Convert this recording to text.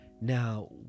now